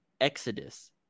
Exodus